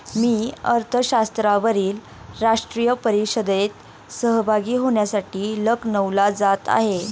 मी अर्थशास्त्रावरील राष्ट्रीय परिषदेत सहभागी होण्यासाठी लखनौला जात आहे